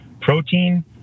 Protein